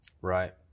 Right